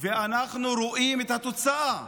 ואנחנו רואים את התוצאה.